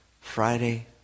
Friday